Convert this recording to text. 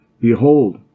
Behold